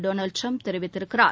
Donald Trump தெரிவித்திருக்கிறார்